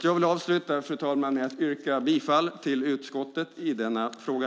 Jag vill avsluta med att yrka bifall till utskottets förslag i denna fråga.